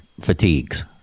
fatigues